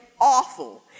awful